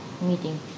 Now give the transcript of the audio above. meeting